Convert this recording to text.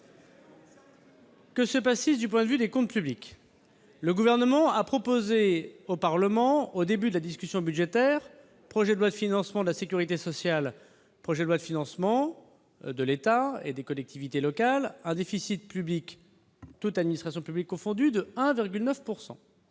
Que se passe-t-il du côté des comptes publics ? Le Gouvernement a proposé au Parlement, au début de la discussion du projet de loi de financement de la sécurité sociale et du projet de loi de finances de l'État et des collectivités locales, un déficit public, toutes administrations publiques confondues, de 1,9 %.